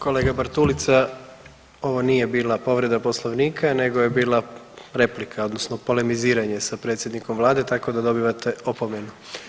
Kolega Bartulica, ovo nije bila povreda Poslovnika nego je bila replika odnosno polemiziranje sa predsjednikom vlade, tako da dobivate opomenu.